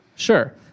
Sure